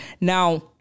now